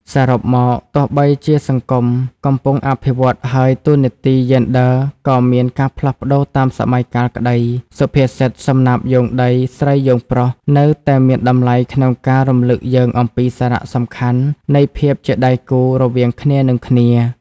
សរុបមក ទោះបីជាសង្គមកំពុងវិវឌ្ឍន៍ ហើយតួនាទីយេនឌ័រក៏មានការផ្លាស់ប្តូរតាមសម័យកាលក្តី សុភាសិត សំណាបយោងដី ស្រីយោងប្រុស នៅតែមានតម្លៃក្នុងការរំលឹកយើងអំពីសារៈសំខាន់នៃភាពជាដៃគូរវាងគ្នានឹងគ្នា។